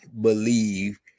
believe